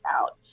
out